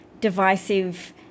divisive